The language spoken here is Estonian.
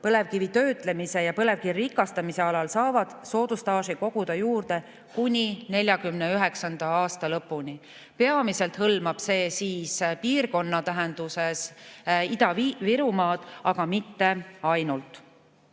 põlevkivi töötlemise ja põlevkivi rikastamise alal, saavad soodusstaaži koguda kuni 2049. aasta lõpuni. Peamiselt hõlmab see piirkonna tähenduses Ida-Virumaad, aga mitte ainult.